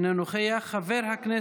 בבקשה.